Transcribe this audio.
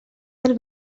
del